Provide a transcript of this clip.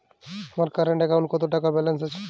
আমার কারেন্ট অ্যাকাউন্টে কত টাকা ব্যালেন্স আছে?